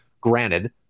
Granted